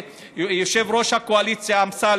פאיז חליף, אסד יונס,